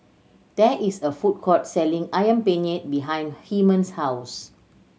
there is a food court selling Ayam Penyet behind Hyman's house